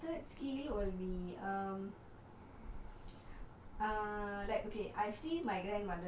okay and then my third skill will be um